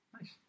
Nice